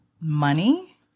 money